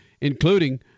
including